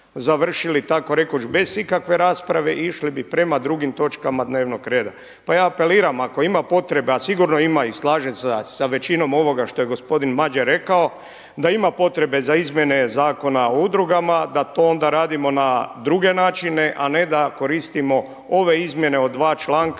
takorekuć bez ikakve rasprave i išli bi prema drugim točkama dnevnog reda. Pa ja apeliram ako ima potrebe, a sigurno ima i slažem se sa većinom ovoga što je gospodin Madjer rekao, da ima potrebe za izmjene Zakona o udrugama da onda to radimo na druge načine, a ne da koristimo ove izmjene o dva članka